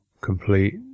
complete